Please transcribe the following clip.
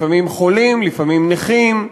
לפעמים חולים, לפעמים נכים,